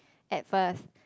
at first